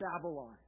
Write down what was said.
Babylon